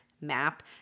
MAP